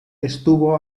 estuvo